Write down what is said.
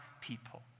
people